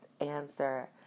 answer